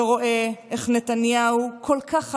ורואה איך נתניהו כל כך חלש.